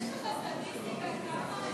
יש לך סטטיסטיקה כמה,